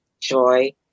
joy